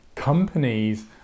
companies